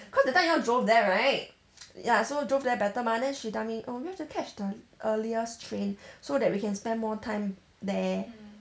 cause that time you all drove there right ya so drove there better mah then she tell me oh we have to catch the earliest train so that we can spend more time there